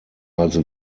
als